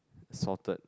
salted